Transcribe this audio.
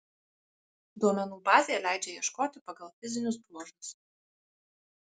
duomenų bazė leidžia ieškoti pagal fizinius bruožus